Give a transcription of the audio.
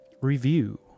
review